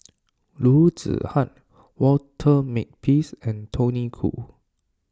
Loo Zihan Walter Makepeace and Tony Khoo